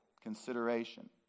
consideration